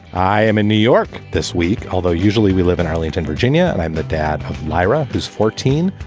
i am in new york this week, although usually we live in arlington, virginia. and i'm the dad of lyra, who's fourteen,